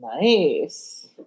Nice